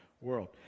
world